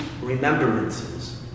remembrances